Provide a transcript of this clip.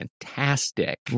Fantastic